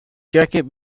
jacket